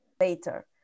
later